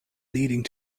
leading